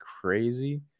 crazy